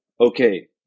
okay